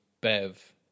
Bev